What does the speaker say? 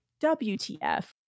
WTF